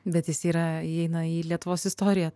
bet jis yra įeina į lietuvos istoriją